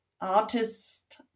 artist